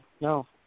no